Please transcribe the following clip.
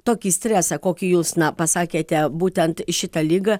tokį stresą kokį jūs na pasakėte būtent šitą ligą